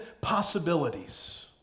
possibilities